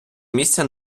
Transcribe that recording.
місця